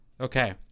Okay